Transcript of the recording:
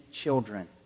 children